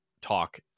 talk